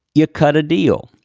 you cut a deal.